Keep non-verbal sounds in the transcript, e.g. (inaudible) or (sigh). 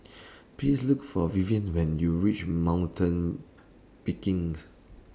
Please Look For Vivien when YOU REACH Mountain (unintelligible)